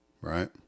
Right